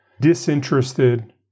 disinterested